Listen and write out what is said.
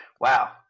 Wow